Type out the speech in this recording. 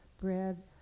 bread